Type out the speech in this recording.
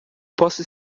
posso